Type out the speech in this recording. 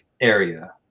area